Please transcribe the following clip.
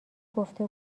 گفته